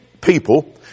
people